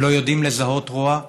הם לא יודעים לזהות רוע,